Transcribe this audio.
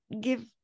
give